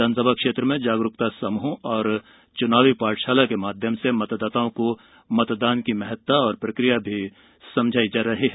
विधानसभा क्षेत्र में जागरुकता समृह और च्नावी पाठशाला के माध्यम से मतदाताओं को मतदान की महत्ता और प्रक्रिया भी समझायी जा रही है